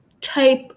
type